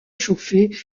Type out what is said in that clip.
chauffer